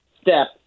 step